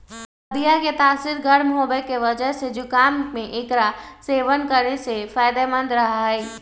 हल्दीया के तासीर गर्म होवे के वजह से जुकाम में एकरा सेवन करे से फायदेमंद रहा हई